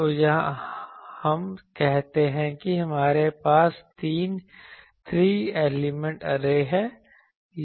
तो यहाँ हम कहते हैं कि हमारे पास तीन एलिमेंट ऐरे हैं